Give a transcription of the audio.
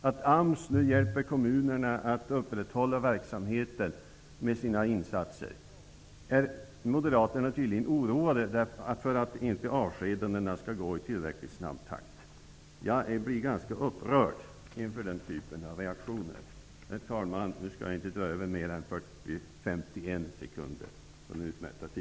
När AMS nu hjälper kommunerna att upprätthålla verksamheten är Moderaterna tydligen oroade för att avskedandena inte skall gå i tillräckligt snabb takt. Jag blir ganska upprörd inför den typen av reaktioner. Herr talman! Nu skall jag inte dra över mer än 51 Tack!